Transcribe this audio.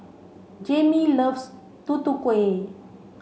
Jayme loves Tutu Kueh